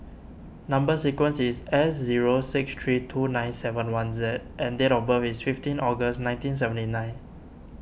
Number Sequence is S zero six three two nine seven one Z and date of birth is fifteen August nineteen seventy nine